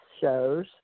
shows